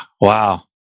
Wow